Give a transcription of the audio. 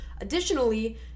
Additionally